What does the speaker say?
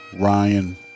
Ryan